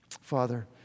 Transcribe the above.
Father